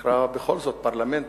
שנקרא בכל זאת "פרלמנט",